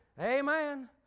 Amen